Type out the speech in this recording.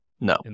No